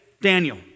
Daniel